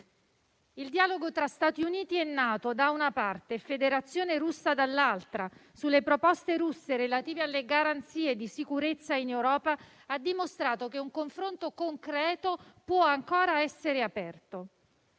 Il dialogo tra Stati Uniti e NATO - da una parte - e Federazione Russa - dall'altra - sulle proposte russe relative alle garanzie di sicurezza in Europa ha dimostrato che un confronto concreto può ancora essere aperto.